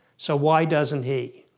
so why doesn't he?